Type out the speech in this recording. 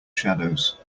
shadows